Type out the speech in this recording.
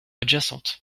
adjacente